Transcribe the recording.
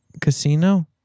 casino